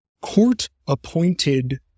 Court-appointed